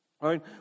right